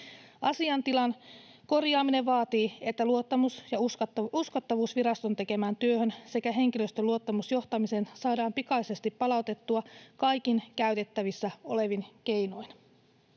Asiantilan korjaaminen vaatii, että luottamus ja uskottavuus viraston tekemään työhön sekä henkilöstön luottamus johtamiseen saadaan pikaisesti palautettua kaikin käytettävissä olevin keinoin.